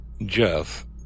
Jeff